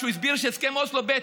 כשהוא הסביר שבהסכם אוסלו ב'